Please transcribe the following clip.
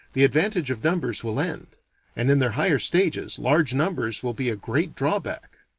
the advantage of numbers will end and in their higher stages, large numbers will be a great drawback.